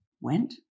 went